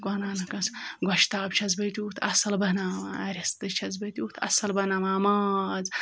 قُرانُک قَسَم گۄشتاب چھٮ۪س بہٕ تیُتھ اَصٕل بَناوان رِستہٕ چھٮ۪س بہٕ تیُتھ اَصٕل بَناوان ماز